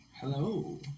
Hello